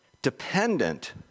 dependent